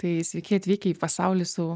tai sveiki atvykę į pasaulį su